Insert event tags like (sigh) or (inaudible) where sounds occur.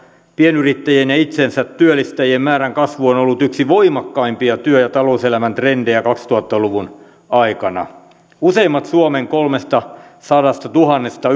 pienyrittäjien ja itsensätyöllistäjien määrän kasvu on ollut yksi voimakkaimpia työ ja talouselämän trendejä kaksituhatta luvun aikana useimmat suomen kolmestasadastatuhannesta (unintelligible)